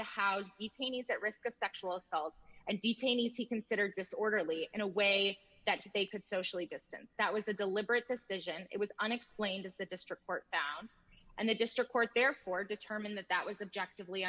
to house detainees at risk of sexual assault and detainees he considered disorderly in a way that they could socially distance that was a deliberate decision it was unexplained as the district court found and the district court therefore determined that that was objective le